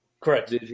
Correct